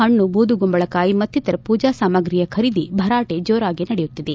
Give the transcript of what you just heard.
ಪಣ್ಣು ಬೂದುಗುಂಬಳ ಕಾಯಿ ಮತ್ತಿತರ ಪೂಜಾ ಸಾಮಾಗ್ರಿ ಖರೀದಿ ಭರಾಟೆ ಜೋರಾಗಿ ನಡೆಯುತ್ತಿದೆ